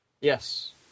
Yes